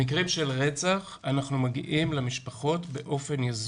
במקרים של רצח, אנחנו מגיעים למשפחות באופן יזום.